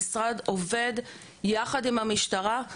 המשרד עובד יחד עם המשטרה,